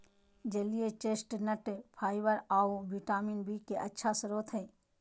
जलीय chestnut fibre आऊ vitamin B के अच्छा स्रोत हइ